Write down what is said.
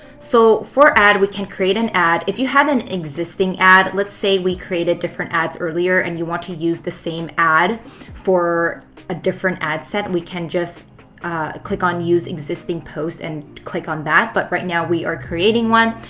so for ad, we can create an ad. if you had an existing ad, let's say we created different ads earlier and you want to use the same ad for a different ad set, we can just click on using existing post and click on that. but right now, we are creating one.